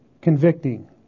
convicting